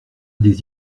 des